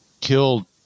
killed